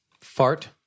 Fart